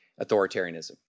authoritarianism